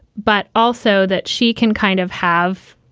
but also that she can kind of have,